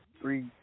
three